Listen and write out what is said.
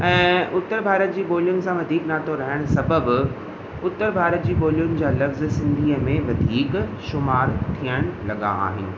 ऐं उत्तर भारत जी ॿोलियुनि सां वधीक नातो रहणु सबबि उत्तर भारत जी ॿोलियुनि जा लफ़्ज़ सिंधीअ में वधीक शुमारु थियणु लॻा आहिनि